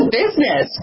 business